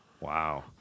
Wow